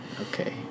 Okay